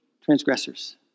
transgressors